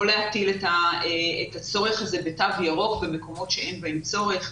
להטיל את הצורך הזה בתו ירוק במקומות שאין בהם צורך,